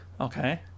Okay